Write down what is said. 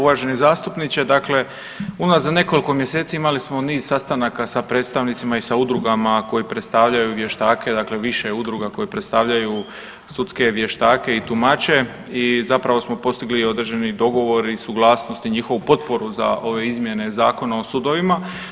Uvaženi zastupniče, dakle unazad nekoliko mjeseci imali smo niz sastanaka sa predstavnicima i sa udrugama koje predstavljaju vještake, dakle više udruga koje predstavljaju sudske vještake i tumače i zapravo smo postigli određeni dogovor, i suglasnost i njihovu potporu za ove izmjene Zakona o sudovima.